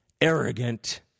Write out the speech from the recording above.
arrogant